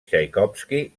txaikovski